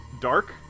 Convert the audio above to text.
dark